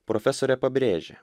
profesorė pabrėžė